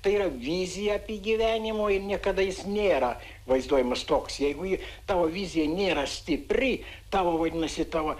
tai yra vizija apie gyvenimo ir niekada jis nėra vaizduojamas toks jeigu ji tavo vizija nėra stipri tavo vadinasi tavo